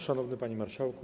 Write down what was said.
Szanowny Panie Marszałku!